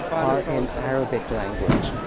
are in arabic language.